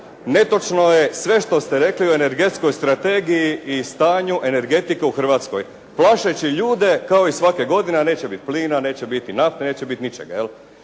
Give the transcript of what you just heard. Netočno je sve što ste rekli o energetskoj strategiji i stanju energetike u Hrvatskoj. Plašeći ljude kao i svake godine da neće biti plina, neće biti nafte, neće biti ničega.